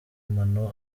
amano